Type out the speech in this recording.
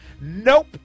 Nope